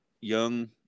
young